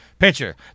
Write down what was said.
Picture